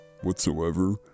Whatsoever